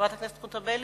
חברת הכנסת חוטובלי?